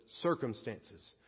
circumstances